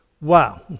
Wow